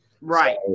Right